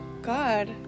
God